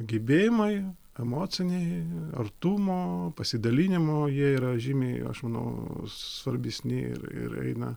gebėjimai emociniai artumo pasidalinimo jie yra žymiai aš manau svarbesni ir ir eina